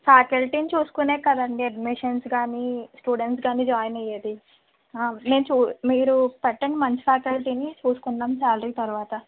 ఫ్యాకల్టీని చూసుకునే కదండీ అడ్మిషన్స్ కాని స్టూడెంట్స్ కాని జాయిన్ అయ్యేది నేను చూ మీరు పెట్టండి మంచి ఫ్యాకల్టీని చూసుకుందాం శాలరీ తర్వాత